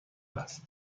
است